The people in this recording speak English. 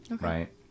Right